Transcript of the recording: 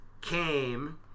came